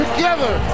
Together